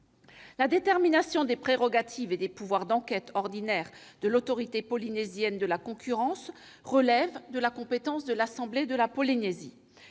La détermination des prérogatives et des pouvoirs d'enquête ordinaires de l'Autorité polynésienne de la concurrence relève de la compétence de l'Assemblée de la Polynésie